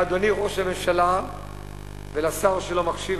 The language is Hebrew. לאדוני ראש הממשלה ולשר שלא מקשיב,